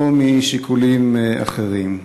או משיקולים אחרים?